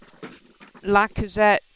Lacazette